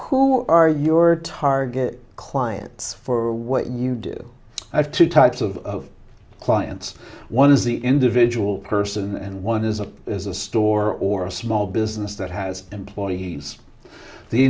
who are your target clients for what you do i have two types of clients one is the individual person and one is a is a store or a small business that has employees the